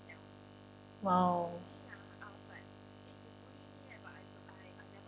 !wow!